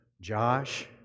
Josh